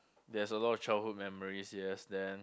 there's a lot of childhood memories yes then